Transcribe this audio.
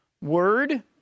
word